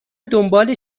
دنبال